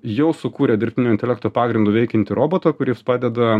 jau sukūrė dirbtinio intelekto pagrindu veikiantį robotą kuris padeda